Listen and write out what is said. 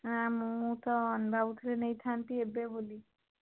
ମୁଁ ତ ଭାବୁଥିଲି ନେଇଥାନ୍ତି ଏବେ ବୋଲି